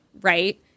right